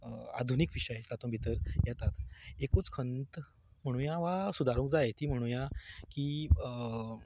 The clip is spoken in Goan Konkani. आधुनीक विशय तातूंत भितर येतात एकूच खंत म्हणूया वा सुदारूंक जाय ती म्हणूया की